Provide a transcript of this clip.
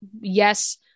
yes